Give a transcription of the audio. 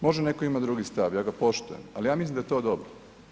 Može netko imati drugi stav, ja ga poštujem, ali ja mislim da je to dobro.